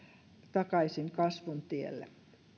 takaisin kasvun tielle